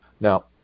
Now